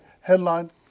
Headline